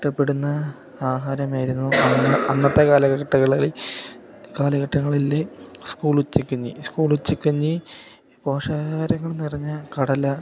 ഇഷ്ടപ്പെടുന്ന ആഹാരമായിരുന്നു അന്ന് അന്നത്തെ കാലഘട്ടങ്ങളിൽ കാലഘട്ടങ്ങളിലെ സ്കൂളുച്ചക്കഞ്ഞി സ്കൂളുച്ചക്കഞ്ഞി പോഷാകാഹാരങ്ങൾ നിറഞ്ഞ കടല